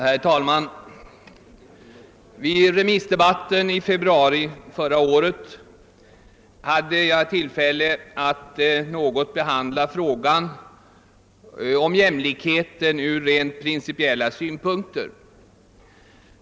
Herr talman! Under remissdebatten i februari förra året hade jag tillfälle att från rent principiella utgångspunkter något behandla frågan om jämlikheten.